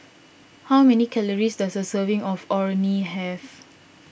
how many calories does a serving of Orh Nee have